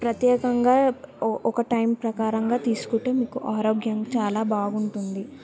ప్రత్యేకంగా ఒక టైం ప్రకారంగా తీసుకుంటే మీకు ఆరోగ్యం చాలా బాగుంటుంది